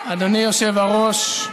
אדוני היושב-ראש,